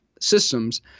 systems